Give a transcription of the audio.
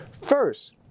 First